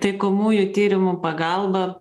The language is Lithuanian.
tai taikomųjų tyrimų pagalba